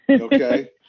Okay